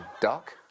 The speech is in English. Duck